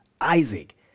Isaac